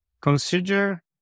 Consider